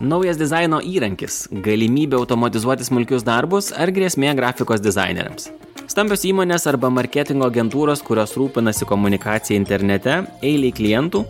naujas dizaino įrankis galimybė automatizuoti smulkius darbus ar grėsmė grafikos dizaineriams stambios įmonės arba marketingo agentūros kurios rūpinasi komunikacija internete eilei klientų